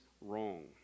wrong